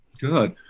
good